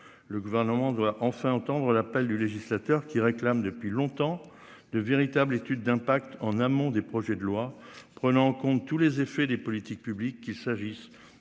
Le gouvernement doit enfin entendre l'appel du législateur qui réclame depuis longtemps de véritables études d'impact en amont des projets de loi prenant en compte tous les effets des politiques publiques qu'il s'agisse